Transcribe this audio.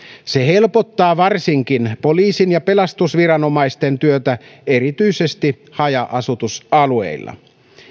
se helpottaa varsinkin poliisin ja pelastusviranomaisten työtä erityisesti haja asutusalueilla